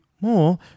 More